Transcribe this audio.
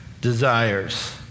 desires